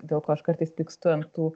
dėl ko aš kartais pykstu ant tų